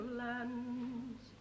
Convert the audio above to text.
lands